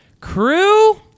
crew